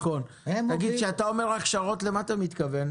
כשאתה אומר הכשרות, למה אתה מתכוון?